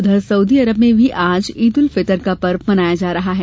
उधर Saudi Arab में भी आज ईदु उल फितर का पर्व मनाया जा रहा है